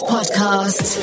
Podcast